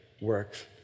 works